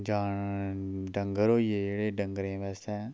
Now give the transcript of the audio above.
जान डंगर होई गे जेह्ड़े डंगरे बास्तै